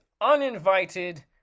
uninvited